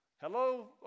Hello